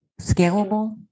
scalable